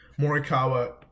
Morikawa